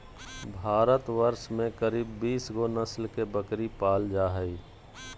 भारतवर्ष में करीब बीस गो नस्ल के बकरी पाल जा हइ